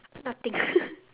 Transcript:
nothing